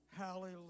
Hallelujah